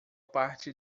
parte